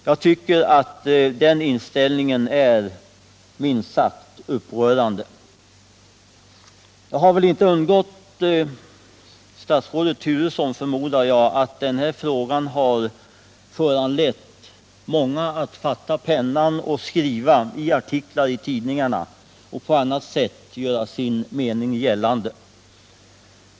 Jag tycker att den inställningen är minst sagt upprörande. Det har väl inte undgått statsrådet Turesson att den här frågan har föranlett många att fatta pennan och skriva artiklar i tidningar och på annat sätt göra sin mening gällande.